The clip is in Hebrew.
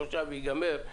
שלושה וייגמר,